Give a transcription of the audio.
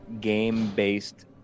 game-based